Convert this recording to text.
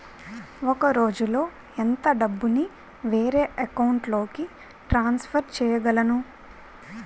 ఒక రోజులో ఎంత డబ్బుని వేరే అకౌంట్ లోకి ట్రాన్సఫర్ చేయగలను?